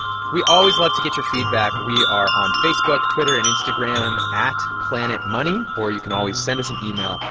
we always love to get your feedback. we are on facebook, twitter and instagram, at planetmoney. or you can always send us an email,